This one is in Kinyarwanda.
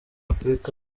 afurika